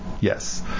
Yes